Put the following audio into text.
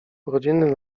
urodziny